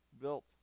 built